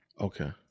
Okay